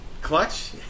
Clutch